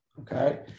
Okay